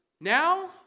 Now